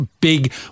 big